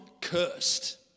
cursed